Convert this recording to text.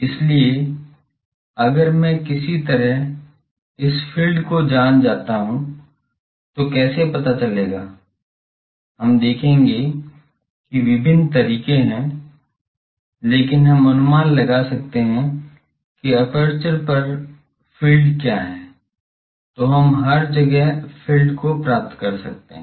इसलिए अगर मैं किसी तरह इस फ़ील्ड को जान जाता हूं तो कैसे पता चलेगा हम देखेंगे कि विभिन्न तरीके हैं लेकिन हम अनुमान लगा सकते हैं कि एपर्चर पर फ़ील्ड क्या है तो हम हर जगह फ़ील्ड को प्राप्त कर सकते हैं